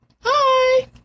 Hi